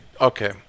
okay